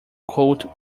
coat